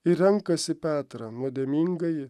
ir renkasi petrą nuodėmingąjį